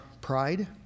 pride